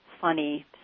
funny